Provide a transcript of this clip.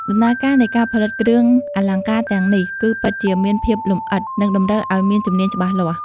ដំណើរការនៃការផលិតគ្រឿងអលង្ការទាំងនេះគឺពិតជាមានភាពលម្អិត និងតម្រូវឱ្យមានជំនាញច្បាស់លាស់។